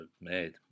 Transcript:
made